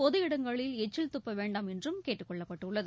பொது இடங்களில் எச்சில் துப்ப வேண்டாம் என்றும் கேட்டுக் கொள்ளப்பட்டுள்ளது